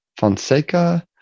Fonseca